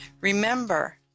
remember